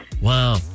wow